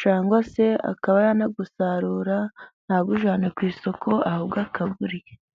cyangwa se akaba yanawusarura ntawujyane ku isoko ahubwo akawurya.